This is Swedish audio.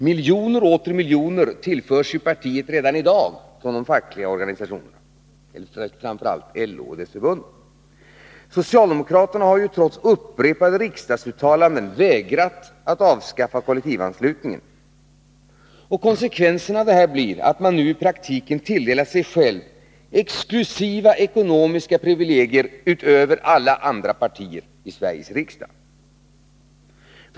Miljoner och åter miljoner tillförs ju partiet redan i dag från de fackliga organisationerna, framför allt från LO och dess förbund. Socialdemokraterna har trots upprepade riksdagsuttalanden vägrat att avskaffa kollektivanslutningen. Konsekvenserna av detta blir att man nu i praktiken tilldelar sig själv exklusiva ekonomiska privilegier utöver alla andra partier i Sveriges riksdag.